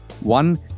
one